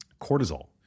cortisol